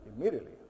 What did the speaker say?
immediately